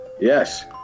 Yes